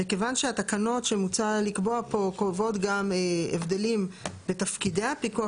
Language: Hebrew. וכיוון שהתקנות שמוצע לקבוע פה קובעות גם הגבלים בתפקידי הפיקוח